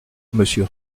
monsieur